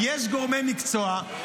יש גורמי מקצוע,